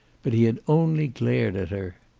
but he had only glared at her.